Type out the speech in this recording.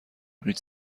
هیچ